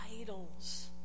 idols